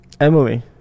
emily